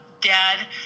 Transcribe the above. dad